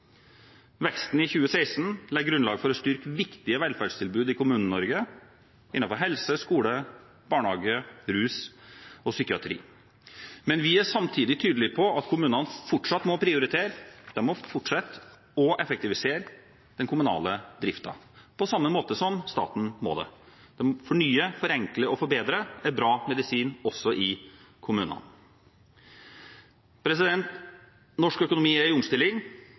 Veksten i 2016 legger grunnlaget for å styrke viktige velferdstilbud i Kommune-Norge innenfor helse, skole, barnehage, rus og psykiatri, men vi er samtidig tydelige på at kommunene fortsatt må prioritere, de må fortsette å effektivisere den kommunale driften, på samme måte som staten må det. Det å fornye, forenkle og forbedre er bra medisin, også i kommunene. Norsk økonomi er i omstilling.